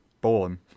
born